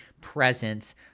presence